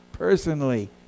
Personally